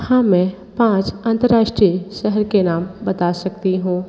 हाँ मैं पाँच अंतर्राष्ट्रीय शहर के नाम बता सकती हूँ